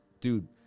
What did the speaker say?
Dude